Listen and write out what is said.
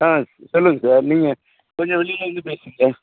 ஆ சொல்லுங்கள் சார் நீங்கள் கொஞ்சம் வெளியில் வந்து பேசுங்கள் சார்